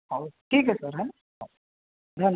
हाँ ठीक है सर है ना हाँ वेलकम